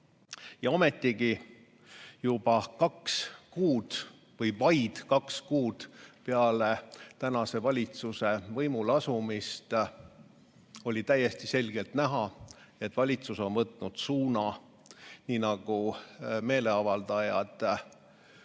Ja ometigi juba kaks kuud või vaid kaks kuud peale tänase valitsuse võimuleasumist oli täiesti selgelt näha, et valitsus on võtnud suuna, nii nagu meeleavaldajad